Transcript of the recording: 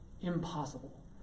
Impossible